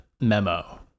memo